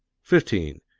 fifteen.